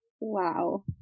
Wow